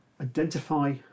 identify